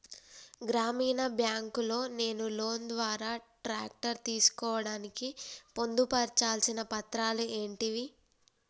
గ్రామీణ బ్యాంక్ లో నేను లోన్ ద్వారా ట్రాక్టర్ తీసుకోవడానికి పొందు పర్చాల్సిన పత్రాలు ఏంటివి?